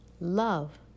love